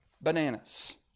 Bananas